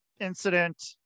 incident